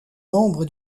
membre